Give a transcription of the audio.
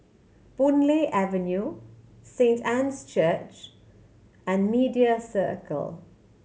Boon Lay Avenue Saint Anne's Church and Media Circle